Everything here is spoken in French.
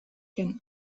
canon